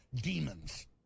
demons